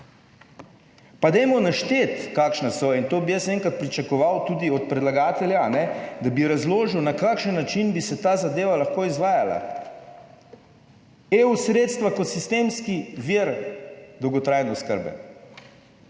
Pa dajmo našteti kakšna so in to bi jaz enkrat pričakoval tudi od predlagatelja, da bi razložil na kakšen način bi se ta zadeva lahko izvajala. EU sredstva kot sistemski vir dolgotrajne oskrbe.